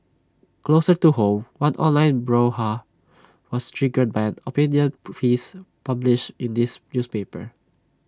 closer to home one online brouhaha was triggered by an opinion piece published in this newspaper